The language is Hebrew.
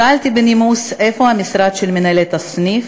שאלתי בנימוס איפה המשרד של מנהלת הסניף,